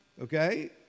Okay